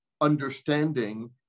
understanding